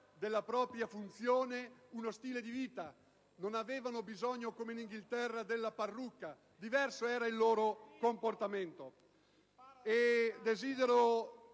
della loro funzione, uno stile di vita. Non avevano bisogno, come in Inghilterra, della parrucca: diverso era il loro comportamento.